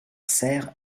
cère